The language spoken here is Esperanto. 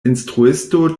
instruisto